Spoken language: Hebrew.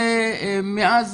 זה מאז